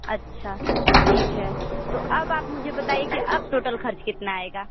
अच्छा ठीक है तो अब आप मुझे बताइए कि अब टोटल खर्च कितना आएगा